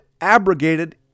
abrogated